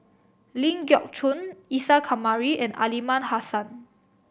Ling Geok Choon Isa Kamari and Aliman Hassan